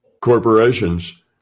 corporations